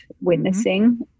witnessing